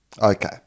Okay